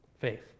faith